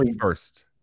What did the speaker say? first